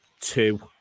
two